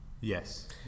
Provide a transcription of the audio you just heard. Yes